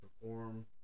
perform